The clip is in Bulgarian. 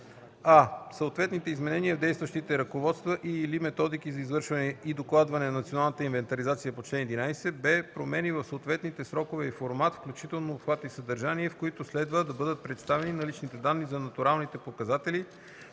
а) съответните изменения в действащите ръководства и/или методики за извършване и докладване на националната инвентаризация по чл. 11; б) промени в съответните срокове и формат, включително обхват и съдържание, в които следва да бъдат представени наличните данни за натуралните показатели